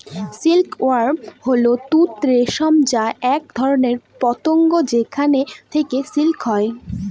silk worm হল তুঁত রেশম যা এক ধরনের পতঙ্গ যেখান থেকে সিল্ক হয়